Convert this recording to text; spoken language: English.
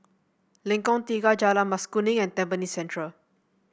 Lengkong Tiga Jalan Mas Kuning and Tampines Central